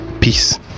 Peace